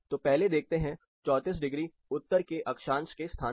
तो पहले देखते हैं 34 डिग्री उत्तर के अक्षांश के स्थान को